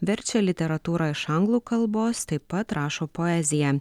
verčia literatūrą iš anglų kalbos taip pat rašo poeziją